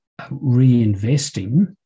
reinvesting